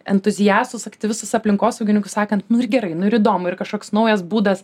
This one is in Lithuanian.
entuziastus aktyvistus aplinkosaugininkus sakant nu ir gerai nu ir įdomu ir kažkoks naujas būdas